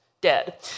dead